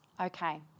okay